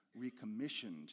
recommissioned